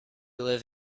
live